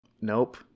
Nope